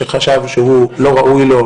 שחשב שלא ראוי לו,